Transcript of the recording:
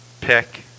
pick